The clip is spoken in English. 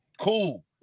cool